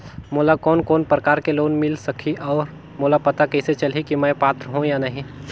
मोला कोन कोन प्रकार के लोन मिल सकही और मोला पता कइसे चलही की मैं पात्र हों या नहीं?